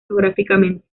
geográficamente